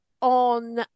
on